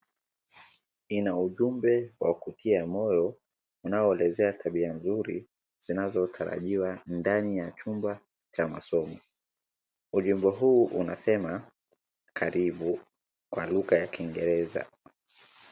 Ina ujembe wa kutia moyo unaoelezea tabia nzuri zinazotarajiwa ndani ya chumba cha masomo. Ujumbe huu unasema karibu kwa lugha ya kiingereza.